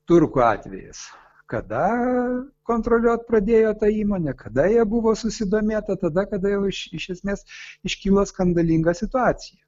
turkų atvejis kada kontroliuot pradėjo tą įmonę kada ja buvo susidomėta tada kada jau iš iš esmės iškyla skandalinga situacija